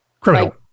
criminal